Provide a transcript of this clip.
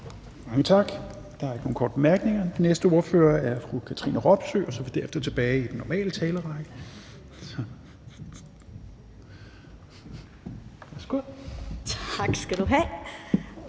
tak. Der er ikke nogen korte bemærkninger. Den næste ordfører er fru Katrine Robsøe, og så er vi derefter tilbage i den normale talerrække.